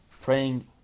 praying